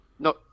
No